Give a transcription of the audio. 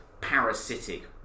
parasitic